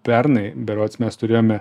pernai berods mes turėjome